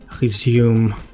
resume